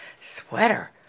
sweater